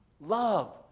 Love